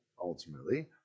ultimately